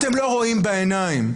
אתם לא רואים בעיניים.